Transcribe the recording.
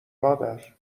مادر